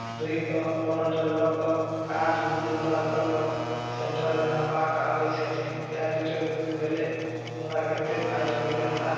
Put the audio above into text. दुहिकऽ कमण्डल लऽ कऽ कार्ड दूधवला लऽ कऽ सेन्टरमे नपाके आबै छथिन कै लीटर दूध भेलै हमरा कतेक फाटि भेलै हमरा